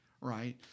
right